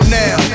now